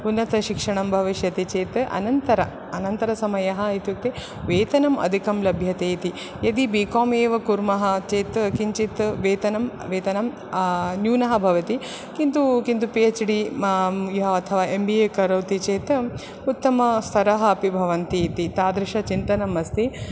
उन्नतशिक्षणं भविष्यति चेत् अनन्तर अनन्तरसमयः इत्युक्ते वेतनम् अधिकं लभ्यते इति यदि बि कोम् एव कुर्मः चेत् किञ्चित् वेतनं वेतनं न्यूनः भवति किन्तु किन्तु पिएच् डि अथवा एम् बि ए करोति चेत् उत्तमस्तरः अपि भवन्ति इति तादृशचिन्तनम् अस्ति